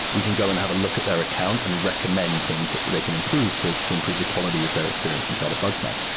we can go and have look at their account and recommend things that they can improve to to improve the quality of their experience inside of bugsnag.